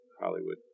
Hollywood